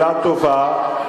שאלה טובה.